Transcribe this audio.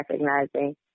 recognizing